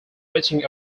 reaching